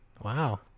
Wow